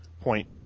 point